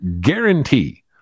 guarantee